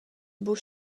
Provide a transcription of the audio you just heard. buca